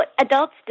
adults